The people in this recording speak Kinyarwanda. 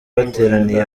bateraniye